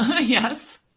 Yes